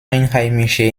einheimische